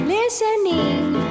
Listening